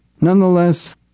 Nonetheless